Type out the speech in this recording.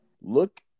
Look